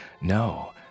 No